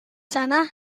sana